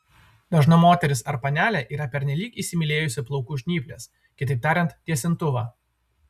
dažna moteris ar panelė yra pernelyg įsimylėjusi plaukų žnyples kitaip tariant tiesintuvą